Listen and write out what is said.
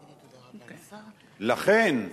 לכן,